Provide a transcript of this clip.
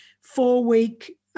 four-week